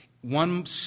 one